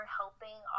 helping